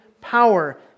power